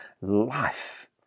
life